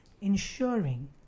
ensuring